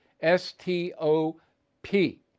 S-T-O-P